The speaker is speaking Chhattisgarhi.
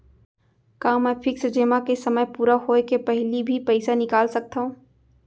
का मैं फिक्स जेमा के समय पूरा होय के पहिली भी पइसा निकाल सकथव?